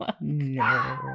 No